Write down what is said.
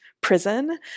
prison